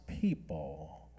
people